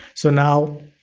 so now,